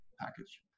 package